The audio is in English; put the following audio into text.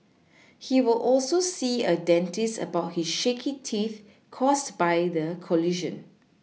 he will also see a dentist about his shaky teeth caused by the collision